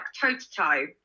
toe-to-toe